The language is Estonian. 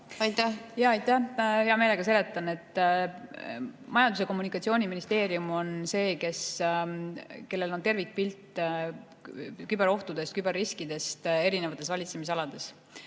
viia? Aitäh! Hea meelega seletan. Majandus- ja Kommunikatsiooniministeerium on see, kellel on tervikpilt küberohtudest, küberriskidest erinevates valitsemisalades.